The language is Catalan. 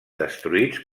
destruïts